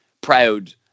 proud